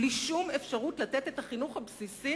בלי שום אפשרות לתת את החינוך הבסיסי